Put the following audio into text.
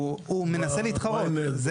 הוא מנסה להתחרות.